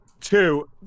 Two